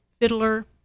fiddler